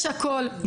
יש הכול,